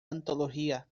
antología